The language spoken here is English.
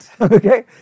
Okay